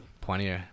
Plenty